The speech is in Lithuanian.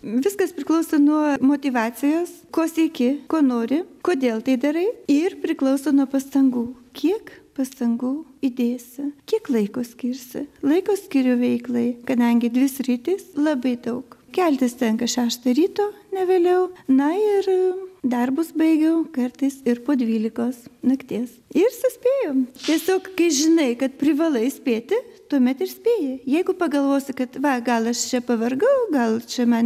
viskas priklauso nuo motyvacijos ko sieki ko nori kodėl tai darai ir priklauso nuo pastangų kiek pastangų įdėsi kiek laiko skirsi laiko skiriu veiklai kadangi dvi sritys labai daug keltis tenka šeštą ryto ne vėliau na ir darbus baigiau kartais ir po dvylikos nakties ir suspėjom tiesiog kai žinai kad privalai spėti tuomet ir spėji jeigu pagalvosi kad va gal aš čia pavargau gal čia man